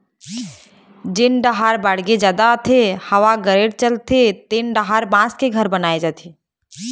जेन डाहर बाड़गे जादा आथे, हवा गरेर चलत रहिथे तेन डाहर बांस के घर बनाए जाथे